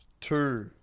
two